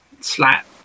slap